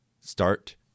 Start